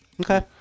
Okay